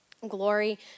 glory